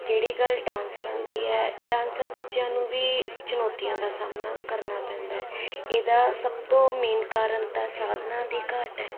ਜਿਹੜੀ ਗੱਲ ਡਾਂਸਰਾਂ ਦੀ ਹੈ ਡਾਂਸਰ ਬੱਚਿਆਂ ਨੂੰ ਵੀ ਚੁਣੌਤੀਆਂ ਦਾ ਸਾਹਮਣਾ ਕਰਨਾ ਪੈਂਦਾ ਇਹਦਾ ਸਭ ਤੋਂ ਮੇਨ ਕਾਰਨ ਤਾਂ ਸਾਧਨਾਂ ਦੀ ਘਾਟ ਹੈ